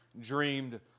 dreamed